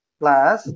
plus